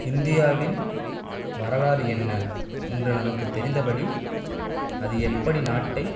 இந்தியாவின் வரலாறு என்ன இன்று நமக்குத் தெரிந்தபடி அது எப்படி நாட்டை